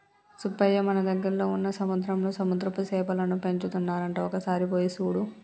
సుబ్బయ్య మన దగ్గరలో వున్న సముద్రంలో సముద్రపు సేపలను పెంచుతున్నారంట ఒక సారి పోయి సూడు